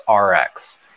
RX